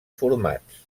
formats